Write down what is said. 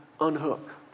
unhook